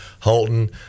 Holton